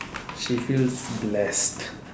she feels blessed